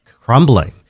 crumbling